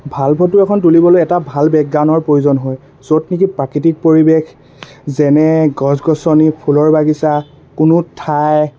ভাল ফটো এখন তুলিবলৈ এটা ভাল বেকগ্ৰাউণ্ডৰ প্ৰয়োজন হয় য'ত নেকি প্ৰাকৃতিক পৰিৱেশ যেনে গছ গছনি ফুলৰ বাগিচা কোনো ঠাই